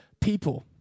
people